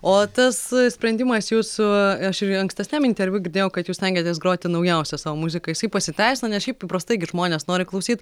o tas sprendimas jūsų aš ir ankstesniam interviu girdėjau kad jūs stengiatės groti naujausią savo muziką jisai pasiteisina nes šiaip paprastai gi žmonės nori klausyt